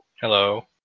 Hello